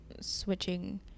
switching